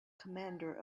commander